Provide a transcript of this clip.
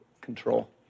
control